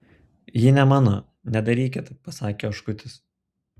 ji ne mano nedarykit pasakė oškutis